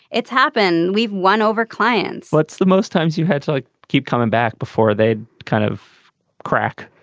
it's happened we've won over clients. what's the most times you had to like keep coming back before they'd kind of crack.